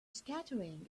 scattering